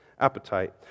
appetite